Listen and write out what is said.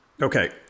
Okay